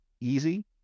easy